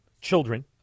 children